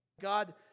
God